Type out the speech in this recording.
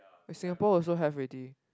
Singapore also have already